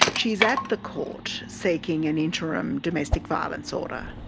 she's at the court seeking an interim domestic violence order.